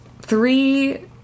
three